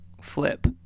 flip